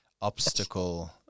obstacle